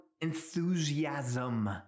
enthusiasm